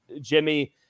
Jimmy